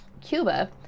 Cuba